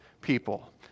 people